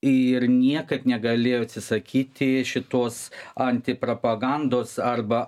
ir niekaip negalėjo atsisakyti šitos antipropagandos arba